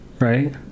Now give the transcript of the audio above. right